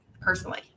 personally